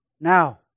Now